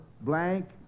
blank